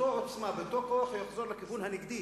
באותה עוצמה ובאותו כוח הוא יחזור לכיוון הנגדי,